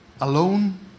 Alone